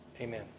amen